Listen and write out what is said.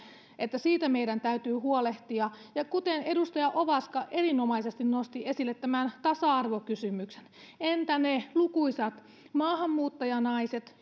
siitä meidän täytyy huolehtia kuten edustaja ovaska erinomaisesti nosti esille tämän tasa arvokysymyksen niin entä ne lukuisat maahanmuuttajanaiset